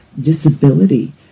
disability